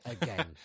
again